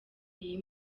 iyi